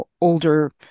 older